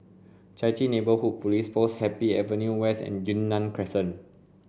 Chai Chee Neighbourhood Police Post Happy Avenue West and Yunnan Crescent